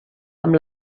amb